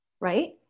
Right